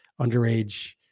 underage